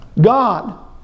God